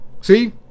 See